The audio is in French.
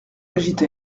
agita